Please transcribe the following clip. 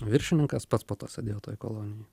viršininkas pats po to sėdėjo toj kolonijoj